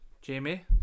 Jamie